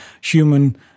human